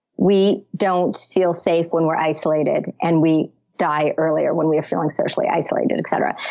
we don't feel safe when we're isolated, and we die earlier when we are feeling socially isolated, etc.